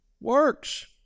Works